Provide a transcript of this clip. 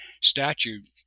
statute